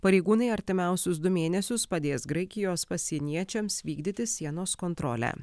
pareigūnai artimiausius du mėnesius padės graikijos pasieniečiams vykdyti sienos kontrolę